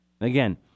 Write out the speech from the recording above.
Again